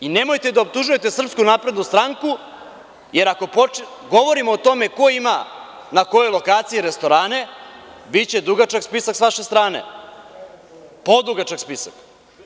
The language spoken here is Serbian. I nemojte da optužujete SNS, jer ako govorimo o tome ko ima na kojoj lokaciji restorane, biće dugačak spisak s vaše strane, podugačak spisak.